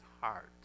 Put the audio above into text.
heart